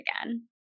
again